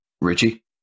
Richie